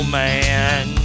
man